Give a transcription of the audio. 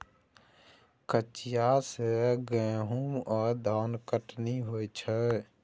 कचिया सँ गहुम आ धनकटनी होइ छै